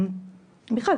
בכלל,